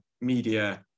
media